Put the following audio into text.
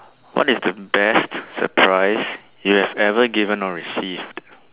what is the best surprise you have ever given or received